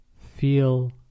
Feel